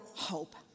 hope